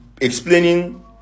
explaining